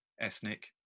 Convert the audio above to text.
ethnic